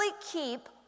keep